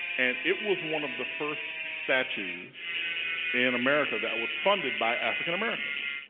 and it was one of the first statues in america that was funded by african americans.